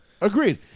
Agreed